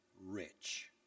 rich